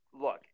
Look